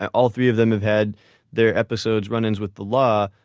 all three of them have had their episodes, run-ins with the law.